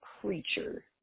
creature